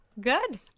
good